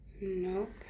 Nope